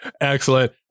Excellent